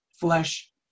flesh